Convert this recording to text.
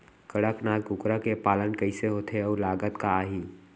कड़कनाथ कुकरा के पालन कइसे होथे अऊ लागत का आही?